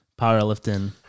powerlifting